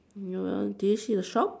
uh did you see the shop